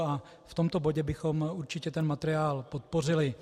V tomto bodě bychom určitě ten materiál podpořili.